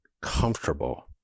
comfortable